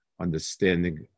understanding